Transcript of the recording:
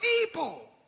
people